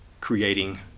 creating